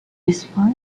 despite